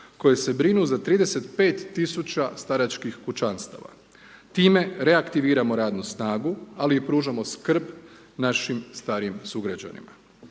koji se brinu za 35000 staračkih kućanstava. Time reaktiviramo radnu snagu, ali i pružamo skrb našim starijim sugrađanima.